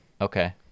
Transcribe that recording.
Okay